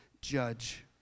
judge